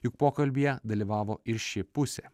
juk pokalbyje dalyvavo ir ši pusė